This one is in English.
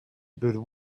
but